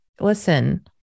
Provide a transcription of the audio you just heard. listen